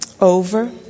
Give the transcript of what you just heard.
over